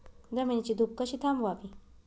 जमिनीची धूप कशी थांबवावी?